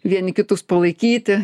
vieni kitus palaikyti